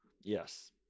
Yes